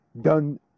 done